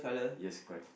yes correct